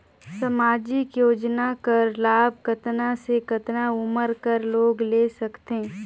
समाजिक योजना कर लाभ कतना से कतना उमर कर लोग ले सकथे?